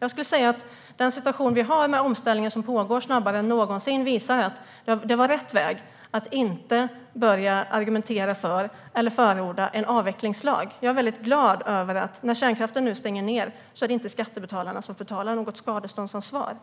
Jag skulle säga att den situation vi har med omställningar som pågår snabbare än någonsin visar att det var rätt väg att inte börja argumentera för eller förorda en avvecklingslag. Jag är väldigt glad över att skattebetalarna inte har något skadeståndsansvar när kärnkraften nu stänger ned.